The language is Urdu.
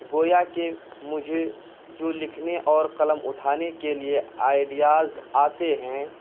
گویا کہ مجھے جو لکھنے اور قلم اٹھانے کے لیے آئیڈیاز آتے ہیں